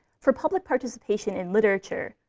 for public participation in literature,